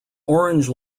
orange